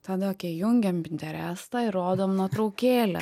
tada okei jungiam pinterestą ir rodom nuotraukėlę